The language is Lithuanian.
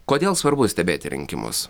kodėl svarbu stebėti rinkimus